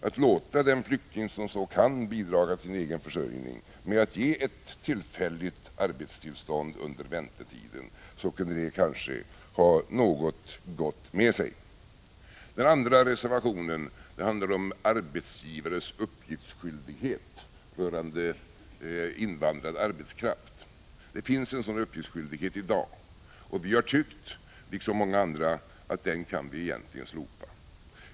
Det kunde kanske ha något gott med sig, om vi genom att ge ett tillfälligt arbetstillstånd under väntetiden markerade vår vilja att låta den flykting som så kan bidra till sin egen försörjning. Den andra reservationen handlar om arbetsgivares uppgiftsskyldighet rörande invandrad arbetskraft. Det finns en sådan uppgiftsskyldighet i dag. Vi, liksom många andra, tycker att denna skyldighet egentligen kan slopas.